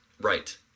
Right